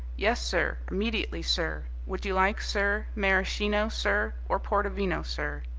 yes, sir, immediately, sir would you like, sir, maraschino, sir, or portovino, sir?